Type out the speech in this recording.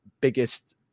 biggest